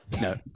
No